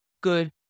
good